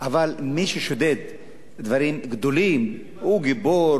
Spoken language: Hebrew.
אבל מי ששודד דברים גדולים הוא גיבור,